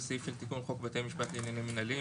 זה סעיף של תיקון חוק בתי המשפט לעניינים מנהליים,